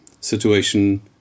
situation